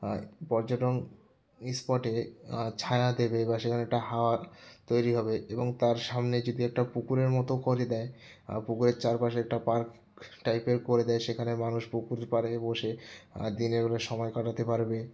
আর পর্যটন স্পটে ছায়া দেবে বা সেখানে একটা হাওয়া তৈরি হবে এবং তার সামনে যদি একটা পুকুরের মতো করে দেয় পুকুরের চারপাশে একটা পার্ক টাইপের করে দেয় সেখানে মানুষ পুকুর পাড়ে বসে দিনেরবেলা সময় কাটাতে পারবে